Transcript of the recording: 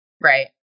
Right